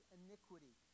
iniquity